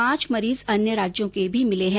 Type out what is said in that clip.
पांच मरीज अन्य राज्यों के भी मिले है